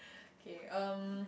K um